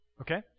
okay